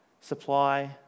supply